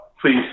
please